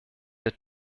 der